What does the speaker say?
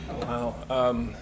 wow